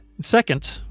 Second